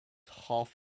half